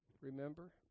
Remember